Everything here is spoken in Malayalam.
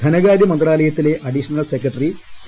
ധനകാര്യ മന്ത്രാലയത്തിലെ അഡീഷണൽ സെക്രട്ടറി സി